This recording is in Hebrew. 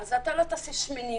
אז אתה לא תעשה שמיניות.